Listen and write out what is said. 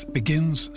begins